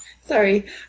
Sorry